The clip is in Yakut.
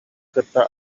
кытта